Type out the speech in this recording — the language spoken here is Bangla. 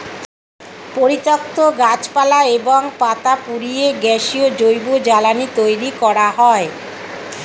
পরিত্যক্ত গাছপালা এবং পাতা পুড়িয়ে গ্যাসীয় জৈব জ্বালানি তৈরি করা হয়